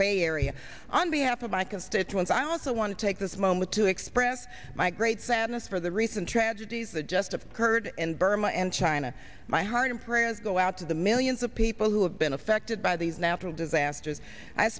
bay area on behalf of my constituents i also want to take this moment to express my great sadness for the recent tragedies adjust of curd in burma and china my heart and prayers go out to the millions of people who have been affected by the natural disasters i